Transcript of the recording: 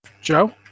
Joe